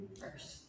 first